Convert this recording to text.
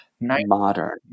Modern